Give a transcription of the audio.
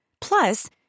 Plus